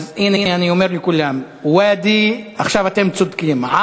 אז הנה, אני אומר לכולם: עכשיו אתם צודקים.